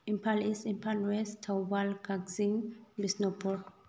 Imphal east Imphal west Thoubal Kakching Bishnupur